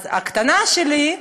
אז הקטנה שלי,